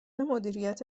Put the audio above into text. مدیریت